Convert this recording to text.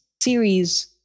series